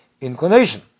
inclination